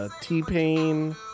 T-Pain